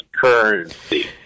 currency